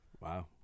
wow